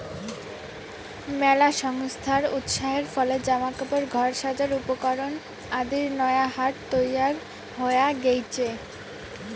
মেলা সংস্থার উৎসাহের ফলে জামা কাপড়, ঘর সাজার উপকরণ আদির নয়া হাট তৈয়ার হয়া গেইচে